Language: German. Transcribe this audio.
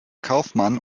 kaufmann